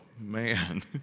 man